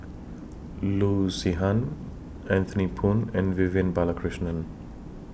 Loo Zihan Anthony Poon and Vivian Balakrishnan